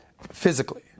physically